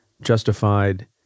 justified